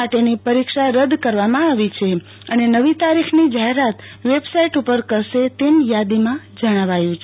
માટેની પ્રવેશ પરીક્ષા રદ કરવામાં આવી છે અને નવી તારીખની જાહેરાત વેબસાઇટ ઉપર કરશે તેમ યાદીમાં જણાવાયું છે